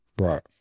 right